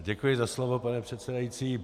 Děkuji za slovo, pane předsedající.